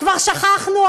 כבר שכחנו,